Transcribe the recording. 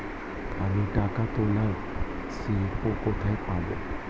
আমি টাকা তোলার স্লিপ কোথায় পাবো?